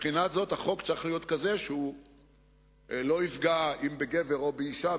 מבחינה זאת החוק צריך להיות כזה שהוא לא יפגע לא בגבר ולא באשה,